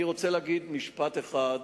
אני רוצה להגיד משפט אחד,